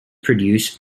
produce